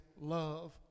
love